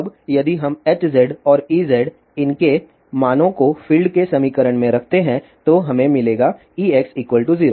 अब यदि हम Hz और Ez इन के मानों को फील्ड के समीकरणों में रखते हैं तो हमें मिलेगा Ex 0